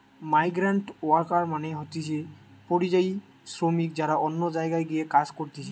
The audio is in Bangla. মাইগ্রান্টওয়ার্কার মানে হতিছে পরিযায়ী শ্রমিক যারা অন্য জায়গায় গিয়ে কাজ করতিছে